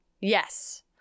Yes